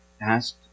asked